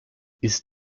ist